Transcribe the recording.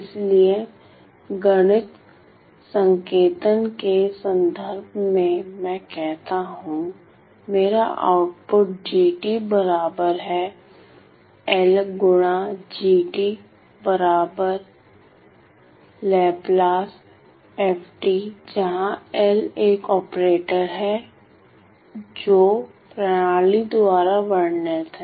इसलिए गणित संकेतन के संदर्भ में मैं कहता हूं कि मेरा आउटपुट g बराबर है L गुणा g Lf जहां L एक ऑपरेटर है जो प्रणाली द्वारा वर्णित है